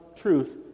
truth